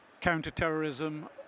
counter-terrorism